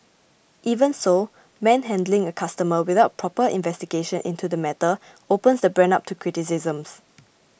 even so manhandling a customer without proper investigation into the matter opens the brand up to criticisms